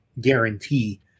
guarantee